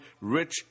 rich